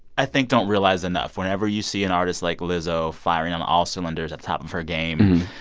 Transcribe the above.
i think, don't realize enough. whenever you see an artist like lizzo firing on all cylinders at the top of her game,